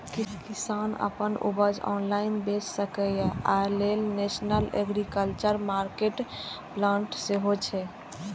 किसान अपन उपज ऑनलाइन बेच सकै, अय लेल नेशनल एग्रीकल्चर मार्केट पोर्टल सेहो छै